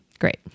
Great